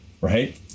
Right